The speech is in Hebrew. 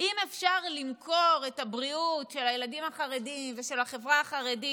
אם אפשר למכור את הבריאות של הילדים החרדים ושל החברה החרדית,